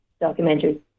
documentary